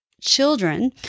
children